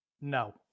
No